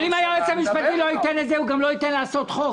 אבל אם היועץ המשפטי לא ייתן לזה הוא גם לא ייתן לעשות חוק.